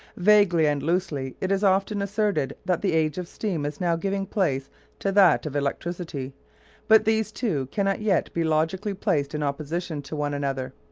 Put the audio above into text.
vaguely and loosely it is often asserted that the age of steam is now giving place to that of electricity but these two cannot yet be logically placed in opposition to one another.